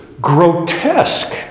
grotesque